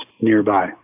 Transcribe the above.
nearby